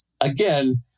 again